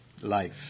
life